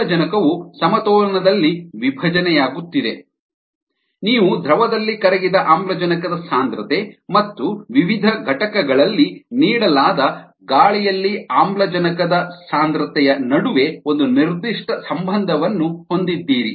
ಆಮ್ಲಜನಕವು ಸಮತೋಲನದಲ್ಲಿ ವಿಭಜನೆಯಾಗುತ್ತಿದೆ ನೀವು ದ್ರವದಲ್ಲಿ ಕರಗಿದ ಆಮ್ಲಜನಕದ ಸಾಂದ್ರತೆ ಮತ್ತು ವಿವಿಧ ಘಟಕಗಳಲ್ಲಿ ನೀಡಲಾದ ಗಾಳಿಯಲ್ಲಿ ಆಮ್ಲಜನಕದ ಸಾಂದ್ರತೆಯ ನಡುವೆ ಒಂದು ನಿರ್ದಿಷ್ಟ ಸಂಬಂಧವನ್ನು ಹೊಂದಿದ್ದೀರಿ